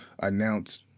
announce